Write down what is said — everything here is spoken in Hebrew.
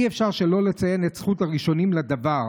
אי-אפשר שלא לציין את זכות הראשונים לדבר,